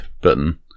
button